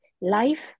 life